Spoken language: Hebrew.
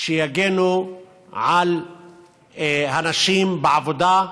שיגנו על הנשים בעבודה.